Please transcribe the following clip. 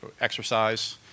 exercise